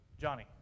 Johnny